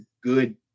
good